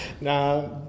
Now